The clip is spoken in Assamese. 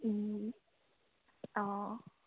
অঁ